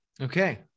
Okay